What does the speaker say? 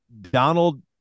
Donald